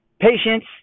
Patience